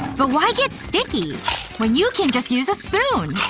but why get sticky when you can just use a spoon?